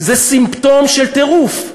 זה סימפטום של טירוף,